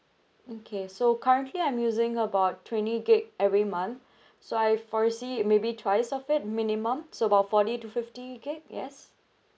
okay so currently I'm using about twenty gig every month so I foresee it may be twice of it minimum so about forty to fifty gig yes